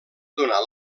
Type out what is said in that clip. donar